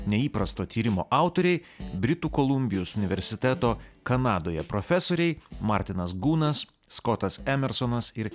neįprasto tyrimo autoriai britų kolumbijos universiteto kanadoje profesoriai martinas gūnas skotas emersonas ir